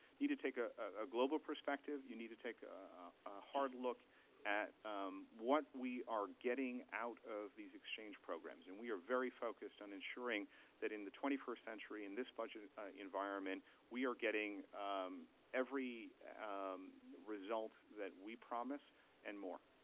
need to take a a global perspective. you need to take a hard look at what we are getting out of these exchange programs, and we are very focused on ensuring that in the twenty first century, in this budget environment, we are getting every result that we promise and more.